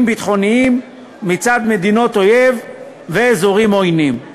ביטחוניים מצד מדינות אויב ואזורים עוינים.